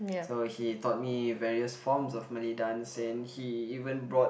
so he taught me various forms of Malay dance and he even brought